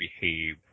behave